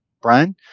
brian